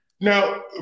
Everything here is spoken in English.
Now